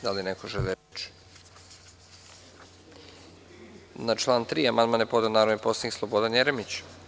Da li neko želi reč? (Ne) Na član 3. amandman je podneo narodni poslanik Slobodan Jeremić.